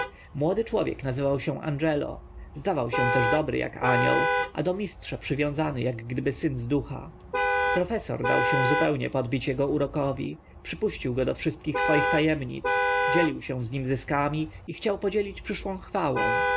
młody człowiek nazywał się angelo zdawał się też dobry ak anioł a do mistrza przywiązany ak gdyby syn z ducha profesor dał się zupełnie podbić ego urokowi przypuścił go do wszystkich swoich ta emnic dzielił się z nim zyskami i chciał się podzielić przyszłą chwałą